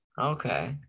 Okay